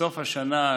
בסוף השנה,